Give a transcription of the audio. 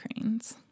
cranes